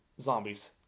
zombies